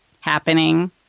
happening